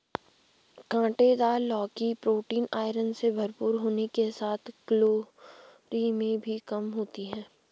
काँटेदार लौकी protein, iron से भरपूर होने के साथ कैलोरी में भी कम होती है